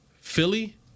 Philly